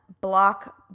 block